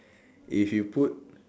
if you put